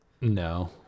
No